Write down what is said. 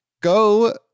Go